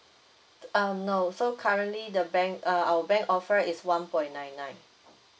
um no so currently the bank uh our bank offer is one point nine nine